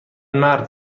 مرد